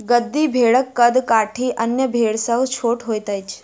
गद्दी भेड़क कद काठी अन्य भेड़ सॅ छोट होइत अछि